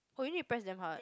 oh you need to press damn hard